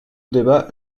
débat